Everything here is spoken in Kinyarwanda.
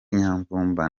nyamvumba